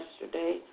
yesterday